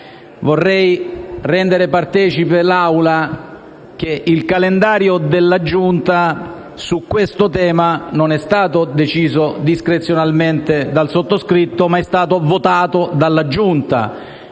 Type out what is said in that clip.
inoltre rendere partecipe l'Assemblea che il calendario della Giunta su questo tema non è stato deciso discrezionalmente dal sottoscritto, ma è stato votato dalla Giunta,